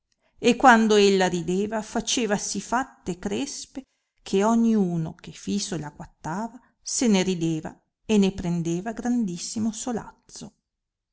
e quando ella rideva faceva sì fatte crespe che ogni uno che fiso la guattava se ne rideva e ne prendeva grandissimo solazzo